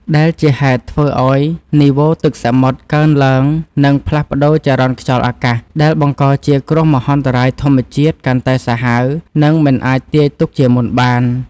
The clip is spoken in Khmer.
ដែលជាហេតុធ្វើឱ្យនីវ៉ូទឹកសមុទ្រកើនឡើង និងផ្លាស់ប្តូរចរន្តខ្យល់អាកាស ដែលបង្កជាគ្រោះមហន្តរាយធម្មជាតិកាន់តែសាហាវ និងមិនអាចទាយទុកជាមុនបាន។